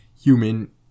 human